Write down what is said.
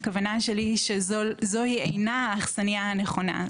הכוונה שלי היא שזוהי אינה האכסניה הנכונה,